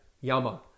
Yama